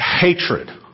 hatred